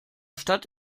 stadt